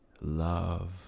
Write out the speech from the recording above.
love